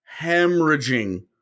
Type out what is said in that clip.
hemorrhaging